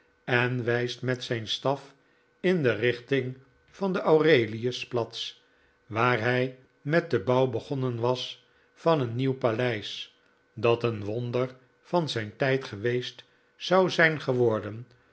en wijst met zijn staf in de richting van den aurelius platz waar hij met den bouw begonnen was van een nieuw paleis dat een wonder van zijn tijd geweest zou zijn geworden